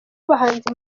bahanzi